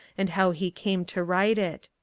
and how he came to write it.